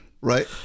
Right